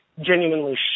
genuinely